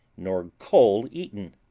nor coal eaten.